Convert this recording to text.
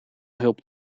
hulp